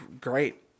great